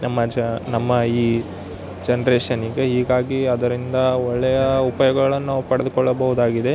ನಮ್ಮ ಜ ನಮ್ಮ ಈ ಜನ್ರೇಷನಿಗೆ ಹೀಗಾಗಿ ಅದರಿಂದ ಒಳ್ಳೆಯ ಉಪಯೋಗಳನ್ನು ನಾವು ಪಡೆದ್ಕೊಳ್ಳಬೌದಾಗಿದೆ